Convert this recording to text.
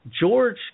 George